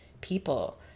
people